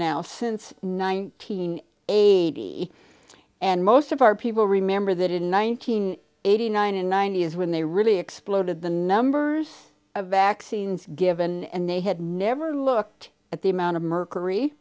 now since nineteen eighty and most of our people remember that in one thousand nine hundred eighty nine and ninety is when they really exploded the numbers of vaccines given and they had never looked at the amount of mercury